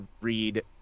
read